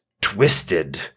twisted